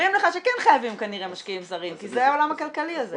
אומרים לך שכן חייבים כנראה משקיעים זרים כי זה העולם הכלכלי הזה.